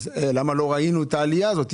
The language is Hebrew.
אז למה לא ראינו את העלייה הזאת?